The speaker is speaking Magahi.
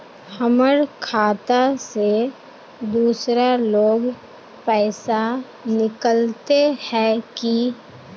हमर खाता से दूसरा लोग पैसा निकलते है की?